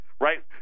right